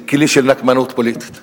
ככלי של נקמנות פוליטית.